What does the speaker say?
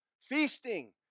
Feasting